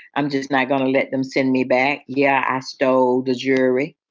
i'm just not going to let them send me back. yeah, i stole the jury.